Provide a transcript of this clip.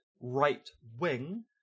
right-wing